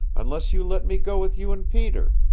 unless you let me go with you and peter.